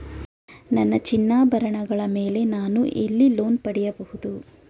ನನ್ನ ಚಿನ್ನಾಭರಣಗಳ ಮೇಲೆ ನಾನು ಎಲ್ಲಿ ಲೋನ್ ಪಡೆಯಬಹುದು?